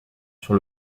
sur